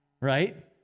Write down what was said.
right